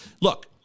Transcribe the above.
Look